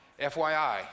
FYI